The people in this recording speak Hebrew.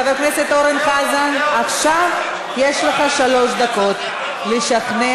חבר הכנסת אורן חזן, עכשיו יש לך שלוש דקות לשכנע.